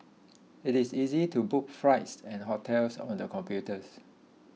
it is easy to book flights and hotels on the computers